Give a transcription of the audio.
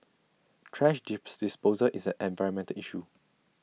thrash dips disposal is an environmental issue